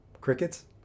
Crickets